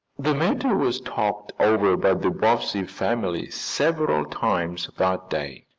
the matter was talked over by the bobbsey family several times that day,